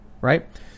right